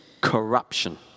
Corruption